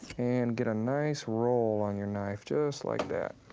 and get a nice roll on your knife just like that.